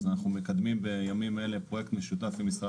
אז אנחנו מקדמים בימים אלה פרויקט משותף עם משרד